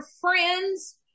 friends